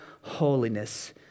holiness